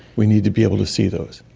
we need to be able to see those.